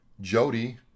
Jody